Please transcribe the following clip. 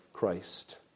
Christ